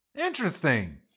Interesting